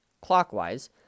clockwise